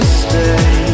stay